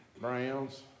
Browns